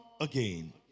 again